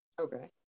okay